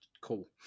cool